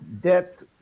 debt